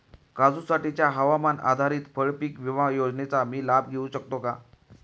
काजूसाठीच्या हवामान आधारित फळपीक विमा योजनेचा मी लाभ घेऊ शकतो का?